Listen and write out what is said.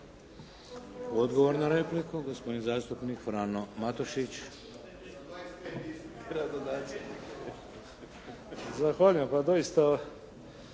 Odgovor na repliku gospodin zastupnik Frano Matušić. **Matušić, Frano